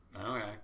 okay